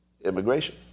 immigration